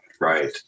right